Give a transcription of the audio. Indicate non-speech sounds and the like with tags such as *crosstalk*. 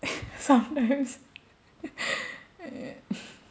*noise* sometimes *laughs*